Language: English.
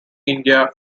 india